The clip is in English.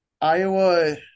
Iowa